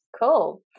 Cool